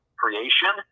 creation